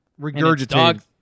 regurgitated